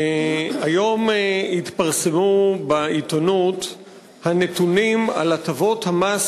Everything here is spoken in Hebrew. היום התפרסמו בעיתונות הנתונים על הטבות המס